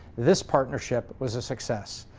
this partnership was a success.